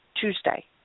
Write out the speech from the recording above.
Tuesday